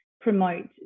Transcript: promote